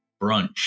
brunch